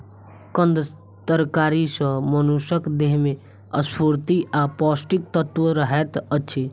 कंद तरकारी सॅ मनुषक देह में स्फूर्ति आ पौष्टिक तत्व रहैत अछि